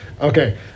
Okay